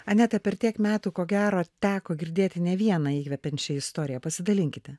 aneta per tiek metų ko gero teko girdėti ne vieną įkvepiančią istoriją pasidalinkite